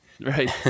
Right